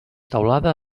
teulada